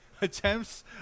attempts